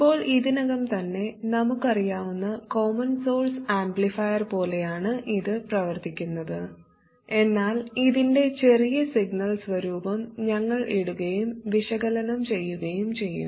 ഇപ്പോൾ ഇതിനകം തന്നെ നമുക്കറിയാവുന്ന കോമൺ സോഴ്സ് ആംപ്ലിഫയർ പോലെയാണ് ഇത് പ്രവർത്തിക്കുന്നത് എന്നാൽ ഇതിൻറെ ചെറിയ സിഗ്നൽ സ്വരൂപം ഞങ്ങൾ ഇടുകയും വിശകലനം ചെയ്യുകയും ചെയ്യും